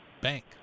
bank